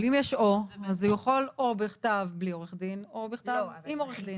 אם יש "או" אז הוא יכול או בכתב בלי עורך דין או בכתב עם עורך דין.